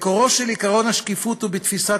מקורו של עקרון השקיפות הוא בתפיסת